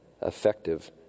effective